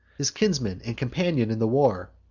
his kinsman and companion in the war.